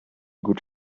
gut